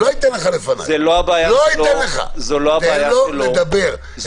תן לו לדבר.